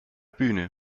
bühne